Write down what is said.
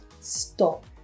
stop